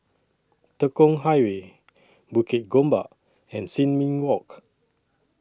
Tekong Highway Bukit Gombak and Sin Ming Walk